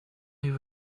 you